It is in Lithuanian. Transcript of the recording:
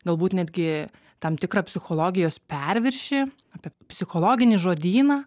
galbūt netgi tam tikrą psichologijos perviršį apie psichologinį žodyną